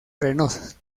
arenosos